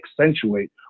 accentuate